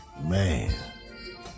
Man